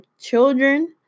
children